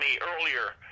earlier